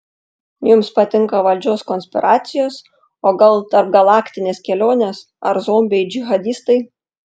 jums patinka valdžios konspiracijos o gal tarpgalaktinės kelionės ar zombiai džihadistai